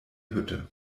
hütte